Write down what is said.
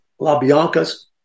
LaBianca's